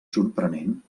sorprenent